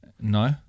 No